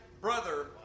brother